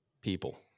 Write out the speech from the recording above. people